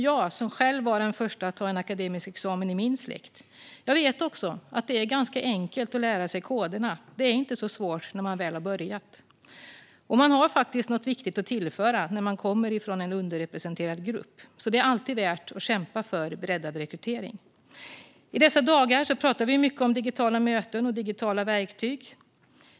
Jag, som själv var den första i min släkt att ta en akademisk examen, vet också att det är ganska enkelt att lära sig koderna. Det är inte så svårt när man väl har börjat. Och man har faktiskt något viktigt att tillföra när man kommer från en underrepresenterad grupp. Det är därför alltid värt att kämpa för breddad rekrytering. I dessa dagar talar vi mycket om digitala möten och digitala verktyg.